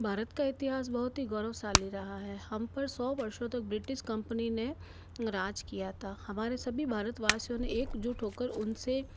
भारत का इतिहास बहुत ही गौरवशाली रहा है हम पर सौ वर्षों तक ब्रिटिश कंपनी ने राज किया था हमारे सभी भारतवासियों ने एकजुट होकर उनसे